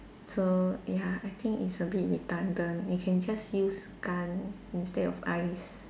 so ya I think it's a bit redundant you can just use gun instead of eyes